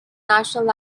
national